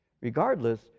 regardless